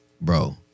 bro